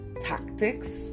tactics